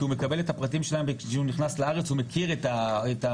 כי הוא מקבל את הפרטים שלהם כשהוא נכנס לארץ והוא מכיר את הקו,